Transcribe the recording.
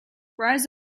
rise